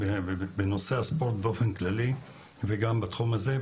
בנושא הספורט באופן כללי וגם בתחום הזה.